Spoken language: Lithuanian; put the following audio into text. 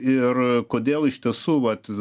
ir kodėl iš tiesų vat